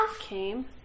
came